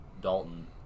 Dalton